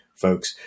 folks